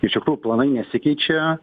iš tikrųjų planai nesikeičia